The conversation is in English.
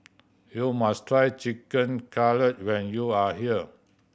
you must try Chicken Cutlet when you are here